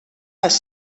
les